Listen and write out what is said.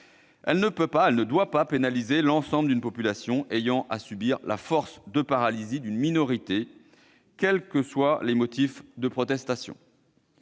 elle ne peut pas, elle ne doit pas pénaliser l'ensemble d'une population ayant à subir la force de paralysie d'une minorité, quels que soient ses motifs de protestation.